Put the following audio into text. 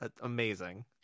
Amazing